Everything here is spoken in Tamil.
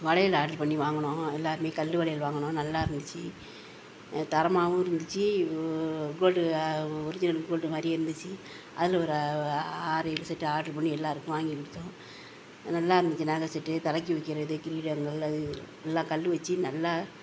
வளையல் ஆர்டரு பண்ணி வாங்கினோம் எல்லாருமே கல் வளையல் வாங்கினோம் நல்லாயிருந்துச்சி தரமாகவும் இருந்துச்சு கோ கோல்டு ஒரிஜினல் கோல்டு மாதிரியே இருந்துச்சு அதில் ஒரு ஆறு ஏழு செட்டு ஆர்ட்ரு பண்ணி எல்லாருக்கும் வாங்கி கொடுத்தோம் நல்லாயிருந்துச்சி நகை செட்டு தலைக்கு வைக்கிறது கீழே அங்கே எல்லா நல்லா கல் வெச்சு நல்லா